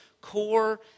core